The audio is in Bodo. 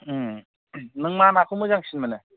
नों मा नाखौ मोजांसिन मोनो